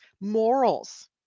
morals